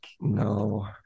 no